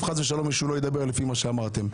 חס ושלום מישהו לא ידבר לפי מה שאמרתם.